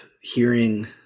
hearing